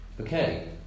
Okay